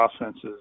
offenses